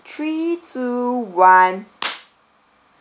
three two one